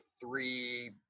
three